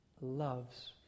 loves